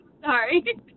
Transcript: sorry